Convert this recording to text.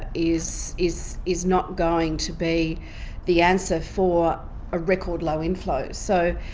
is is is not going to be the answer for a record low inflows. so,